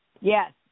Yes